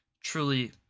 truly